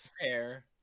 Fair